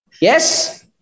Yes